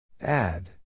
Add